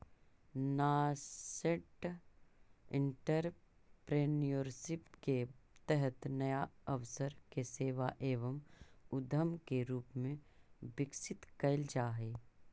nascent entrepreneurship के तहत नया अवसर के सेवा एवं उद्यम के रूप में विकसित कैल जा हई